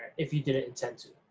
if you didn't intend to.